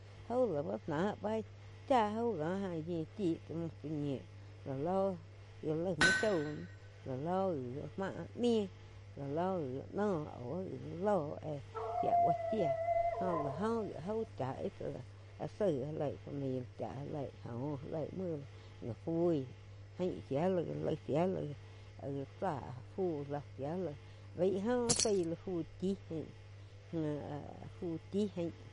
Jau lá bá náh beí chá jáu ko jain yíu chi tsá múh tsá ñiu. La ló gá laig muo shoi náh la lo gi já mah ñiu lálo gi gá noh au loh éh shia buo chíah jo lá oh gi áh jau chá íh áh zaig já leí familia ja leih óh já leíh muo gi ja fui ain shia la já laig shia la áh gá tsá fu shía láh áh ho sai lo fu chi jain áh fu chi jain.